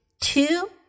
two